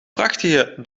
prachtige